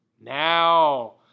Now